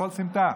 בכל סמטה.